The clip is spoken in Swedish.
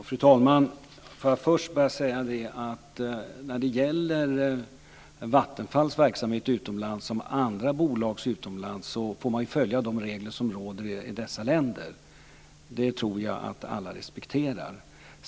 Fru talman! Får jag först bara säga att när det gäller Vattenfalls och andra bolags verksamhet utomlands så får man följa de regler som råder i dessa länder. Det tror jag att alla respekterar.